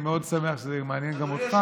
אני מאוד שמח שזה מעניין גם אותך.